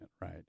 right